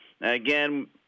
Again